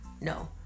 No